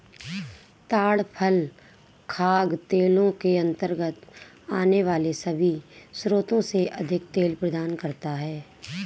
ताड़ फल खाद्य तेलों के अंतर्गत आने वाले सभी स्रोतों से अधिक तेल प्रदान करता है